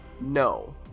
No